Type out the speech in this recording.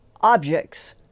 objects